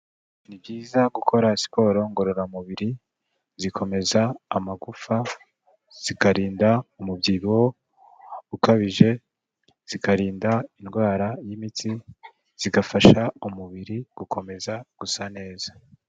Ni byiza gukora siporo ngororamubiri, zikomeza amagufa, zikarinda umubyibuho ukabije, zikarinda indwara y'imitsi, zigafasha umubiri gukomeza gusa neza.